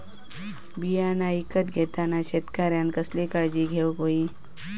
बियाणा ईकत घेताना शेतकऱ्यानं कसली काळजी घेऊक होई?